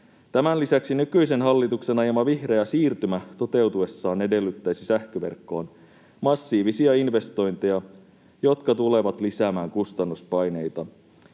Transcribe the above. Tämän lisäksi nykyisen hallituksen ajama vihreä siirtymä toteutuessaan edellyttäisi sähköverkkoon massiivisia investointeja, jotka tulevat lisäämään kustannuspaineita.